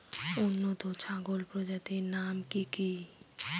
উন্নত ছাগল প্রজাতির নাম কি কি?